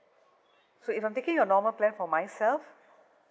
so if I'm taking your normal plan for myself